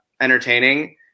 entertaining